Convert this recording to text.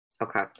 Okay